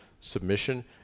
submission